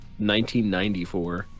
1994